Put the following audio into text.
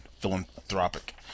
philanthropic